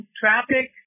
traffic